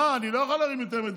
ימינה.